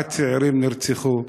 ארבעה צעירים נרצחו,